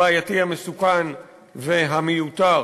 הבעייתי, המסוכן והמיותר.